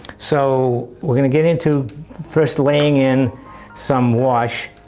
so we're going to get into first laying in some wash.